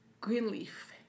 Greenleaf